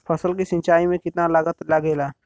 फसल की सिंचाई में कितना लागत लागेला?